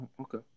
Okay